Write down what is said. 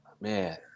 Man